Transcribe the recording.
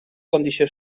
condició